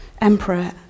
emperor